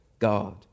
God